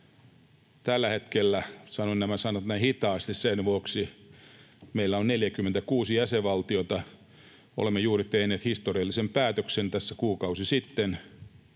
tällä hetkellä — sanon nämä sanat näin hitaasti sen vuoksi — 46 jäsenvaltiota. Me olemme juuri tehneet historiallisen päätöksen tässä kuukausi sitten